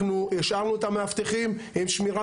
אנחנו השארנו את המאבטחים עם שמירה